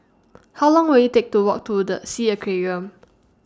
How Long Will IT Take to Walk to The S E A Aquarium